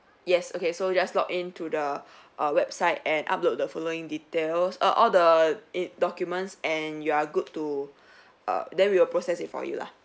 yes okay so you just log in to the err website and upload the following details err all the in~ documents and you're good to err then we will process it for you lah